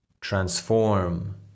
Transform